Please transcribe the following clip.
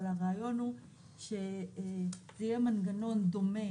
אבל הרעיון הוא שיהיה מנגנון דומה